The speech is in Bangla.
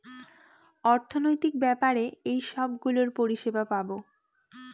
অর্থনৈতিক ব্যাপারে এইসব গুলোর পরিষেবা পাবো